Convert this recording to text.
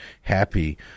happy